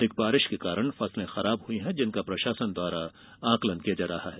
अधिक बारिश के कारण फसलें खराब हुई हैं जिनका प्रशासन द्वारा आकलन किया जा रहा है